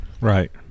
Right